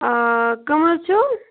آ کٕم حَظ چھِو